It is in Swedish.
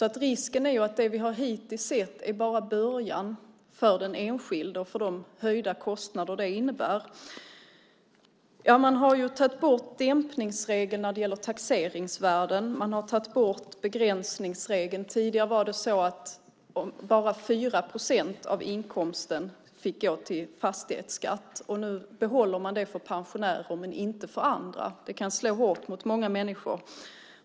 Risken är att det vi hittills har sett bara är början för den enskilde och för de höjda kostnader detta innebär. Man har tagit bort dämpningsregeln när det gäller taxeringsvärden, och man har tagit bort begränsningsregeln. Tidigare var det så att bara 4 procent av inkomsten fick gå till fastighetsskatt. Nu behåller man det för pensionärer men inte för andra. Det kan slå hårt mot många människor.